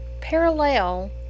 parallel